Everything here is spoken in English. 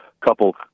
couple